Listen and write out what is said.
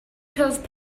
cause